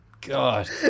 God